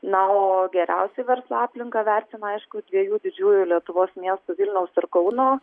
na o geriausiai verslo aplinką vertina aišku dviejų didžiųjų lietuvos miestų vilniaus ir kauno